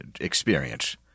experience